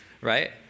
right